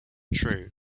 true